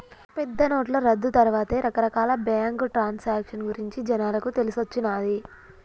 పెద్దనోట్ల రద్దు తర్వాతే రకరకాల బ్యేంకు ట్రాన్సాక్షన్ గురించి జనాలకు తెలిసొచ్చిన్నాది